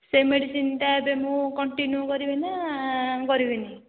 ସେ ମେଡ଼ିସିନ୍ଟା ଏବେ ମୁଁ କଣ୍ଟିନ୍ୟୁ କରିବି ନା କରିବିନି